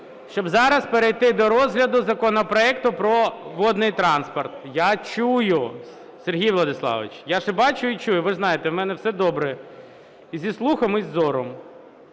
Щоб зараз перейти до розгляду законопроекту про водний транспорт. Сергій Владиславович, я ж бачу і чую. Ви ж знаєте, у мене все добре і з слухом і зором.